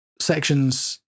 sections